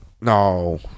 no